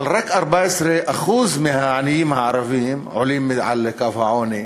אבל רק 14% מהעניים הערבים עולים מעל לקו העוני.